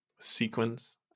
Sequence